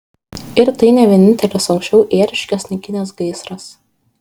ir tai ne vienintelis anksčiau ėriškes naikinęs gaisras